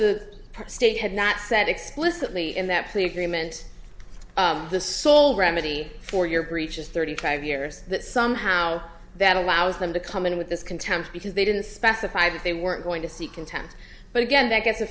the state had not said explicitly in that plea agreement the sole remedy for your breach is thirty five years that somehow that allows them to come in with this contempt because they didn't specify that they weren't going to see contempt but again that gets a